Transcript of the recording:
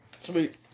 Sweet